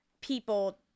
people